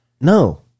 No